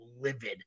livid